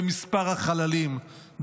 במספר החללים,